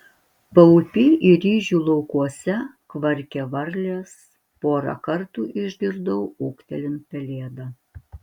paupy ir ryžių laukuose kvarkė varlės porą kartų išgirdau ūktelint pelėdą